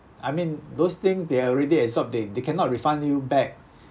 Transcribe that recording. I mean those things they are already absorbed they they cannot refund you back